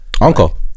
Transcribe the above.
uncle